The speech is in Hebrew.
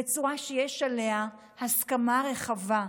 בצורה שיש עליה הסכמה רחבה,